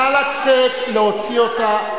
נא לצאת, להוציא אותה.